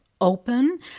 open